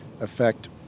affect